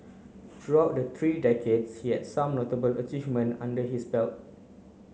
throughout the three decades he has some notable achievement under his belt